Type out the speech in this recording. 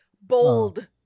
bold